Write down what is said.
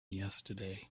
yesterday